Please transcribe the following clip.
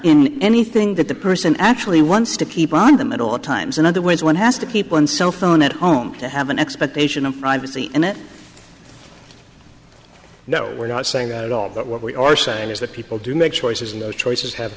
in anything that the person actually once to keep on them at all times in other words one has to keep one cell phone at home to have an expectation of privacy and that no we're not saying that at all that what we are saying is that people do make choices and those choices have